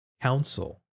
council